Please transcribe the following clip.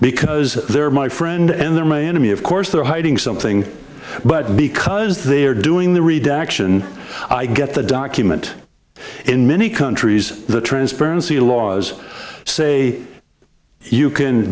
because they're my friend and their main enemy of course they're hiding something but because they are doing the reader action i get the document in many countries the transparency laws say you can